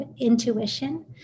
intuition